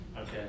okay